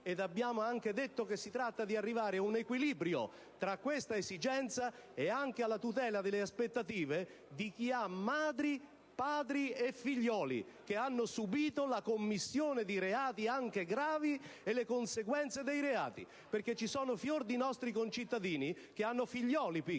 Abbiamo anche detto che si tratta di arrivare ad un equilibrio tra questa esigenza e la tutela delle aspettative di chi ha madri, padri e figli che hanno subito la commissione di reati, anche gravi, e le conseguenze degli stessi. Ci sono infatti fior di nostri concittadini che hanno figli piccoli